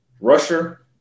rusher